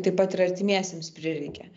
taip pat ir artimiesiems prireikia